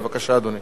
בבקשה, אדוני.